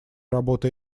работы